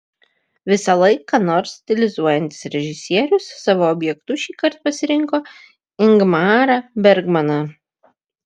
visąlaik ką nors stilizuojantis režisierius savo objektu šįkart pasirinko ingmarą bergmaną